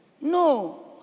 No